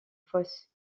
fosse